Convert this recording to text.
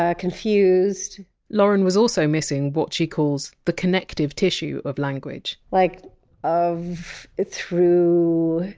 ah confused lauren was also missing what she calls! the connective tissue! of language like of, through,